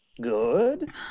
Good